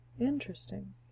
Interesting